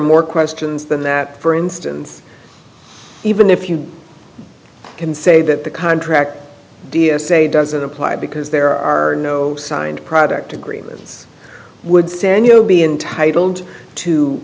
more questions than that for instance even if you can say that the contract d s a doesn't apply because there are no signed product agreements would stand you be intitled to